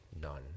none